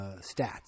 stats